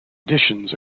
editions